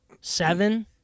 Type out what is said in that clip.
seven